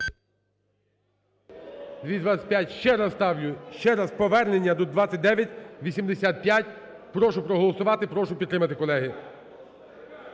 За-225 Ще раз ставлю. Ще раз повернення до 2985. Прошу проголосувати. Прошу підтримати, колеги.